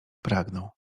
pragnął